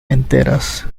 enteras